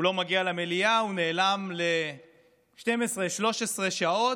הוא לא מגיע למליאה, הוא נעלם ל-12, 13 שעות,